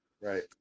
right